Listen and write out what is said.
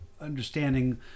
understanding